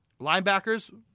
linebackers